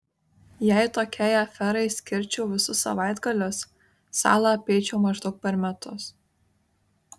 jei tokiai aferai skirčiau visus savaitgalius salą apeičiau maždaug per metus